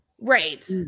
right